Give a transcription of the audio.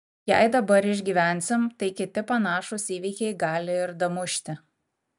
jei dabar išgyvensim tai kiti panašūs įvykiai gali ir damušti